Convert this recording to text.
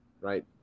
right